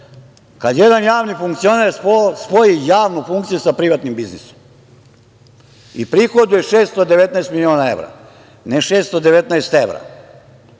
kad jedan javni funkcioner spoji javnu funkciju sa privatnim biznisom i prihoduje 619 miliona evra, ne 619 evra,